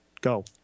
go